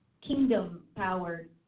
kingdom-powered